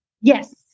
Yes